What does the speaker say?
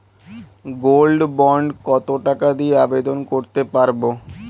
Gold bond কত টাকা দিয়ে আবেদন করতে পারবো?